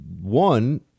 one